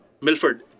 Milford